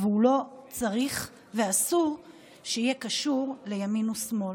לא צריך ואסור שיהיה קשור לימין ושמאל.